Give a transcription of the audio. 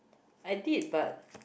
I did but